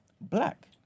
black